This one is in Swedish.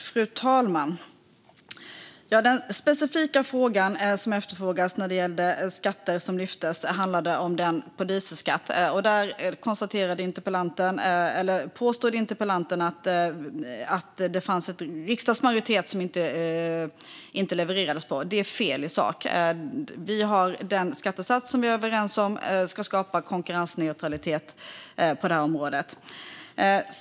Fru talman! Den specifika fråga som ställdes när det gällde skatter handlade om dieselskatten. Interpellanten påstod att det fanns en riksdagsmajoritet som det inte levererats på. Det är fel i sak. Den skattesats som vi är överens om ska skapa konkurrensneutralitet på det här området.